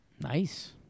Nice